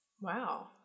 Wow